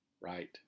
Right